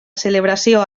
celebració